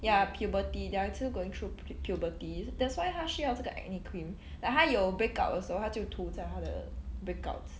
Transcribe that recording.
ya puberty they are still going through puberty that's why 她需要这个 acne cream like 她有 breakout 的时候她就涂在她的 breakouts